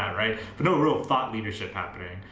right, but no real thought leadership happening.